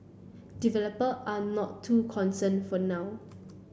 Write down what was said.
developer are not too concern for now